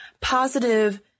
Positive